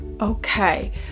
Okay